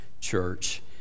Church